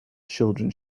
children